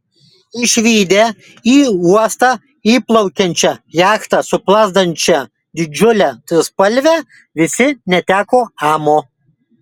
išvydę į uostą įplaukiančią jachtą su plazdančia didžiule trispalve visi neteko amo